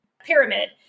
pyramid